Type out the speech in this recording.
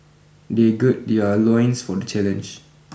they gird their loins for the challenge